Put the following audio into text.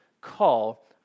call